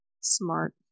Smart